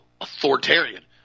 authoritarian